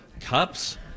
cups